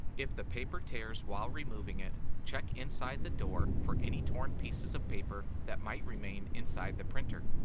if the paper tears while removing it, check inside the door for any torn pieces of paper that might remain inside the printer.